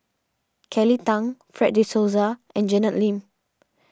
Kelly Tang Fred De Souza and Janet Lim